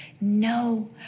No